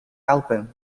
album